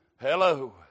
Hello